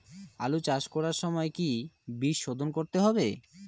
আলু চাষ করার সময় কি বীজ শোধন করতে হবে?